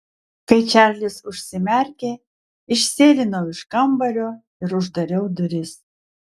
kai čarlis užsimerkė išsėlinau iš kambario ir uždariau duris